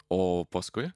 o paskui